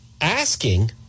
asking